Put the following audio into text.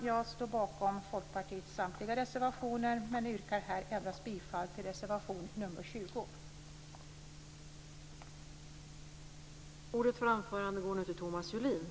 Jag står bakom Folkpartiets samtliga reservationer men yrkar här bifall endast till reservation nr 20.